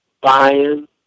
buying